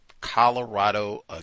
Colorado